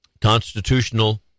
Constitutional